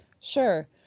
Sure